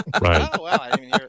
Right